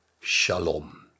shalom